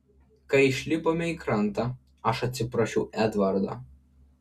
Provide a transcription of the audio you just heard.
kai išlipome į krantą aš atsiprašiau edvardo